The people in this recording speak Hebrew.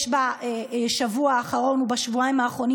יש בשבוע האחרון ובשבועיים האחרונים